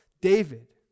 David